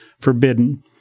forbidden